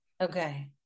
okay